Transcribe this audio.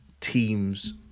Teams